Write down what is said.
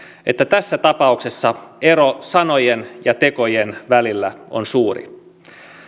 että tässä tapauksessa ero sanojen ja tekojen välillä on suuri